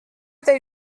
they